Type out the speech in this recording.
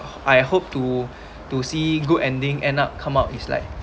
I hope to to see good ending end up come out is like